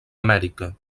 amèrica